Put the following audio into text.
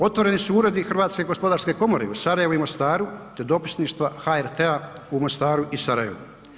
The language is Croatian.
Otvoreni su uredi i Hrvatske gospodarske komore u Sarajevu i Mostaru te dopisništva HRT-a u Mostaru i Sarajevu.